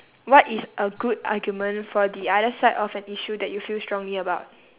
what is a good argument for the other side of an issue that you feel strongly about